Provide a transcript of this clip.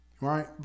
right